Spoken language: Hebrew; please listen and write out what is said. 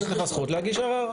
יש לך זכות להגיש ערר.